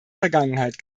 vergangenheit